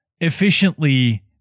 efficiently